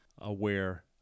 aware